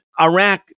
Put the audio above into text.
Iraq